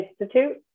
institute